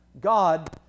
God